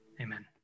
Amen